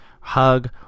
hug